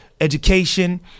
education